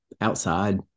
outside